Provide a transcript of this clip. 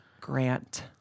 Grant